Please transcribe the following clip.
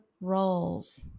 roles